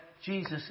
Jesus